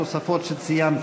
בתוספות שציינתי.